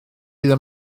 ddim